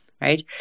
Right